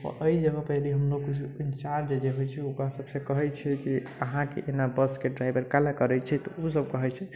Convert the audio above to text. एहि जगह पर हम लोग कुछ इन्चार्ज जे होइ छै ओकरा सभसँ कहै छियै कि अहाँके एना बसके ड्राइभर काहे लऽ करै छै तऽ ओसभ कहै छै